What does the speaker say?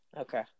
Okay